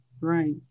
right